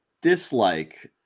dislike